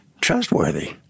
trustworthy